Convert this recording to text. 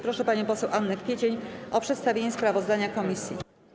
Proszę panią poseł Annę Kwiecień o przedstawienie sprawozdania komisji.